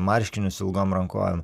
marškinius ilgom rankovėm